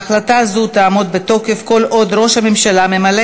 החלטה זו תעמוד בתוקף כל עוד ראש הממשלה ממלא